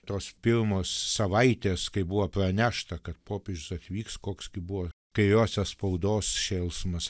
tos pirmos savaitės kai buvo pranešta kad popiežius atvyks koks kai buvo kairiosios spaudos šėlsmas